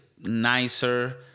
nicer